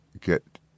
get